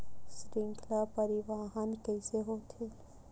श्रृंखला परिवाहन कइसे होथे?